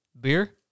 Beer